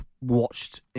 watched